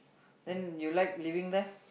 then you like living there